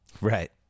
Right